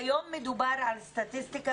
כיום מדובר על סטטיסטיקה,